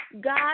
god